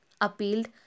Appealed